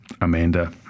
Amanda